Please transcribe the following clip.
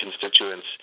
constituents